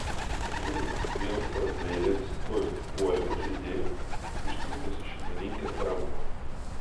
žinoma vienas rotveileris tuoj puolė pažeidėją ištrūkęs iš šeimininkės rankų